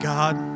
God